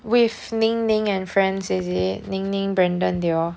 with ning ning and friends is it ning ning brendon they all